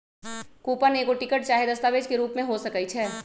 coupon एगो ticket चाहे दस्तावेज के रूप में हो सकइ छै